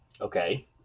Okay